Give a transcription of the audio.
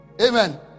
Amen